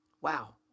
Wow